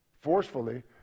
forcefully